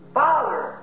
father